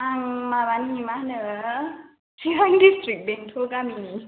आं माबानि माहोनो चिरां डिस्ट्रिकनि बेंथल गामिनि